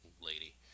lady